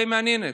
די מעניינת.